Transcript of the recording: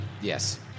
Yes